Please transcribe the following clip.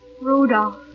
Rudolph